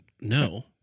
no